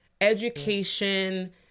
education